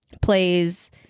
plays